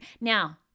Now